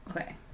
Okay